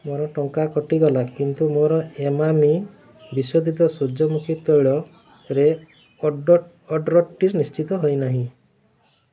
ମୋର ଟଙ୍କା କଟିଗଲା କିନ୍ତୁ ମୋର ଇମାମି ବିଶୋଧିତ ସୂର୍ଯ୍ୟମୁଖୀ ତୈଳରେ ଅଡ୍ର ଅର୍ଡ଼ର୍ଟି ନିଶ୍ଚିତ ହେଇନାହିଁ